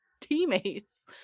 teammates